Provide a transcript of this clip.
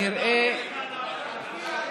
הם נמצאים במשרד הפנים קרוב ל-30 שנה,